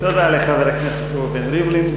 תודה לחבר הכנסת ראובן ריבלין.